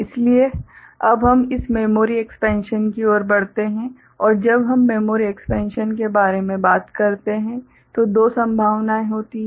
इसलिए अब हम इस मेमोरी एक्सपेन्शन की ओर बढ़ते हैं और जब हम मेमोरी एक्सपेन्शन के बारे में बात करते हैं तो दो संभावनाएँ होती हैं